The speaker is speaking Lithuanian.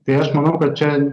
tai aš manau kad čia